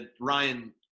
Ryan